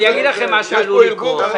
אני אומר לכם מה עלול לקרות.